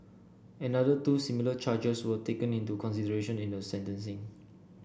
another two similar charges were taken into consideration in the sentencing